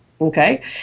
Okay